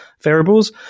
variables